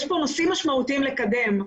יש כאן נושאים משמעותיים לקדם.